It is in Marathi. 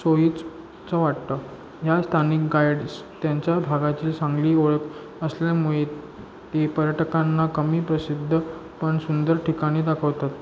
सोयीच चं वाटतं या स्थानिक गाईड्स त्यांच्या भागाची चांगली ओळख असल्यामुळे ते पर्यटकांना कमी प्रसिद्ध पण सुंदर ठिकाणे दाखवतात